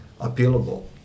appealable